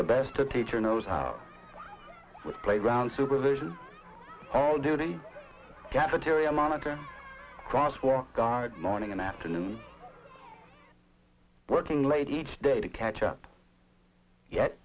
the best a teacher knows how with playground supervision all duty japa tyria monitor cross for god morning and afternoon working late each day to catch up yet